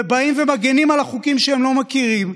ובאים ומגינים על החוקים שהם לא מכירים,